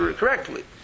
correctly